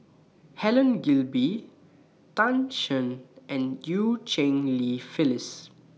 Helen Gilbey Tan Shen and EU Cheng Li Phyllis